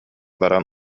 баран